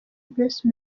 bruce